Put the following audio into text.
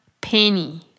penny